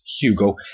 Hugo